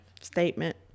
statement